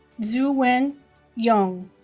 ziwen yang